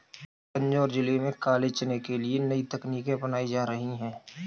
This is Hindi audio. तंजौर जिले में काले चने के लिए नई तकनीकें अपनाई जा रही हैं